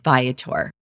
Viator